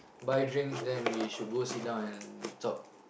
buy drinks then we should go sit down and talk